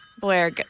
Blair